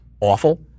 awful